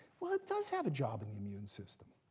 well, it does have a job in the immune system.